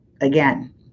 again